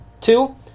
Two